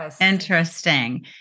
Interesting